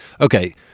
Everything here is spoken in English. okay